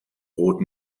brot